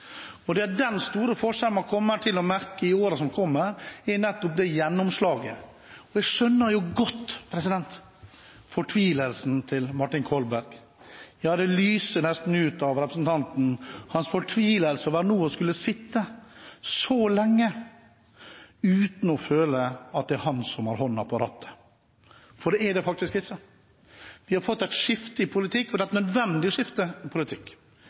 Den store forskjellen man kommer til å merke i årene som kommer, er nettopp det gjennomslaget. Jeg skjønner godt fortvilelsen til Martin Kolberg. Det lyser nesten ut av representanten hans fortvilelse over nå å skulle sitte så lenge uten å føle at det er han som har hånda på rattet. For det er det faktisk ikke. Vi har fått et skifte i politikken, og det er et nødvendig skifte.